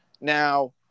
Now